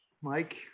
mike